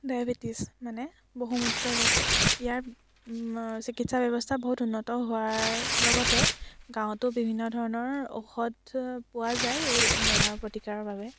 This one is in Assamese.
ডায়বেটিছ মানে বহুমূত্ৰ ৰোগ ইয়াৰ চিকিৎসা ব্যৱস্থা বহুত উন্নত হোৱাৰ লগতে গাঁৱতো বিভিন্ন ধৰণৰ ঔষধ পোৱা যায় এই বেমাৰৰ প্ৰতিকাৰৰ বাবে